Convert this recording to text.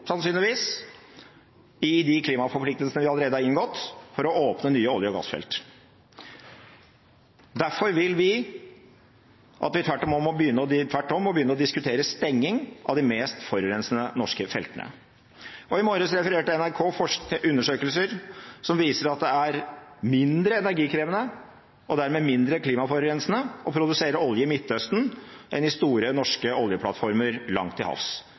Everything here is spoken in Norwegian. sannsynligvis, i de klimaforpliktelsene vi allerede har inngått, for å åpne nye olje- og gassfelt. Derfor vil vi at vi tvert om må begynne å diskutere stenging av de mest forurensende norske feltene. I morges refererte NRK til undersøkelser som viste at det er mindre energikrevende og dermed mindre klimaforurensende å produsere olje i Midtøsten enn i store norske oljeplattformer langt til havs.